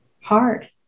hard